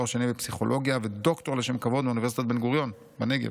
תואר שני בפסיכולוגיה וד"ר לשם כבוד מאוניברסיטת בן-גוריון בנגב.